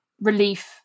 relief